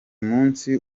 munsi